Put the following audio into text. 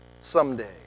someday